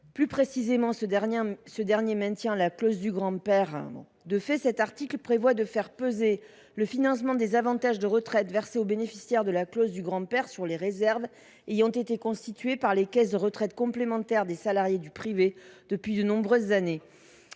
Plus précisément, ce dernier maintient la clause du grand père et prévoit de faire peser le financement des avantages de retraite versés aux bénéficiaires de ladite clause sur les réserves ayant été constituées par les caisses de retraite complémentaire des salariés du privé depuis de nombreuses années.